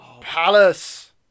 Palace